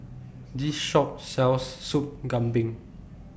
This Shop sells Soup Kambing